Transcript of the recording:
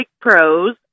pros